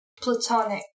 platonic